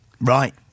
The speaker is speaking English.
Right